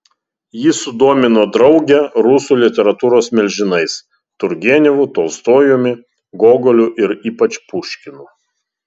ji sudomino draugę rusų literatūros milžinais turgenevu tolstojumi gogoliu ir ypač puškinu